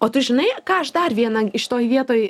o tu žinai ką aš dar vieną šitoj vietoj